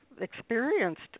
experienced